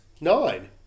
nine